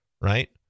Right